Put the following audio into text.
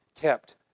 kept